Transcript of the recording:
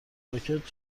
ژاکت